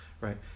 right